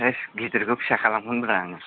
होस गिदिरखौ फिसा खालामगोनब्रा आङो